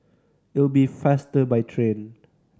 it'll be faster by train